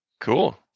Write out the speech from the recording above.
Cool